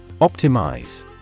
Optimize